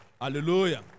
Hallelujah